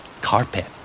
Carpet